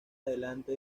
adelante